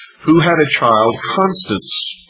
who had a child, constance,